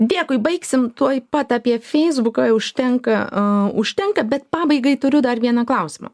dėkui baigsim tuoj pat apie feisbuką jau užtenka užtenka bet pabaigai turiu dar vieną klausimą